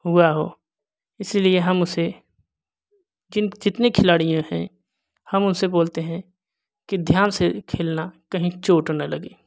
हुआ हो इसीलिए हम उसे जिन जितने खिलाड़ियाँ हैं हम उनसे बोलते है कि ध्यान से खेलना कही चोट न लगे